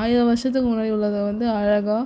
ஆயிரம் வருடத்துக்கு முன்னாடி உள்ளதை வந்து அழகாக